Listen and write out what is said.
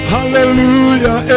Hallelujah